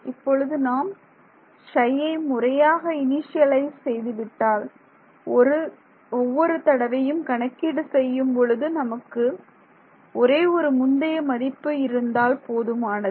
இப்பொழுது நாம் Ψயை முறையாக இனிஷியலைஸ் செய்துவிட்டால் ஒவ்வொரு தடவையும் கணக்கீடு செய்யும் பொழுது நமக்கு ஒரே ஒரு முந்தைய மதிப்பு இருந்தால் போதுமானது